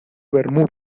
bermúdez